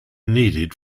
needed